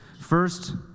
First